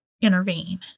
intervene